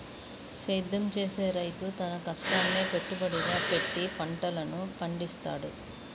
సేద్యం చేసే రైతు తన కష్టాన్నే పెట్టుబడిగా పెట్టి పంటలను పండిత్తాడు